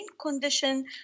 condition